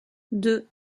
deux